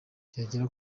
byagera